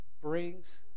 brings